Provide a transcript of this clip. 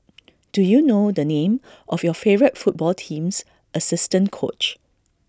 do you know the name of your favourite football team's assistant coach